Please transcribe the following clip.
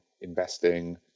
investing